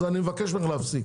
אז אני מבקש ממך להפסיק,